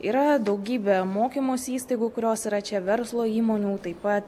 yra daugybė mokymosi įstaigų kurios yra čia verslo įmonių taip pat